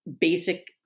basic